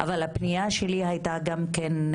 אבל הפנייה שלי הייתה גם כן,